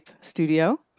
studio